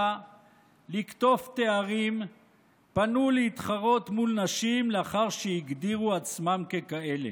לקטוף תארים פנו להתחרות מול נשים לאחר שהגדירו עצמם ככאלה.